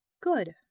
Good